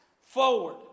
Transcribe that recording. forward